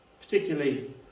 Particularly